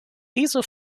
diese